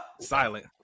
silent